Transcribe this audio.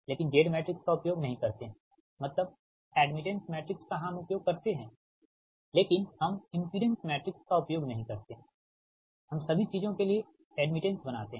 लेकिन Z matrix का उपयोग नहीं करते है मतलब एड्मिटेंस मैट्रिक्स का हम उपयोग करते हैं लेकिन हम इमपिडेंस मैट्रिक्स का उपयोग नहीं करते हैं हम सभी चीजों के लिए एड्मिटेंस बनाते हैं